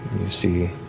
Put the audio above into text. see